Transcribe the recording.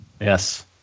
Yes